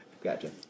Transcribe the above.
Gotcha